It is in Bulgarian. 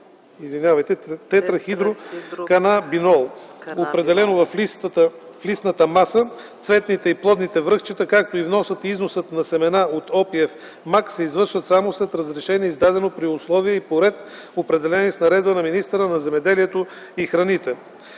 на тетрахидроканабинол, определено в листната маса, цветните и плодните връхчета, както и вносът и износът на семена от опиев мак се извършват само с разрешение издадено при условия и по ред, определени с наредба на министъра на земеделието и храните.